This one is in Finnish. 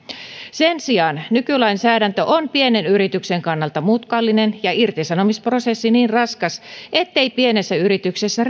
sen sijaan nykylainsäädäntö on pienen yrityksen kannalta mutkallinen ja irtisanomisprosessi niin raskas ettei pienessä yrityksessä